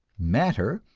matter,